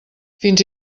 fins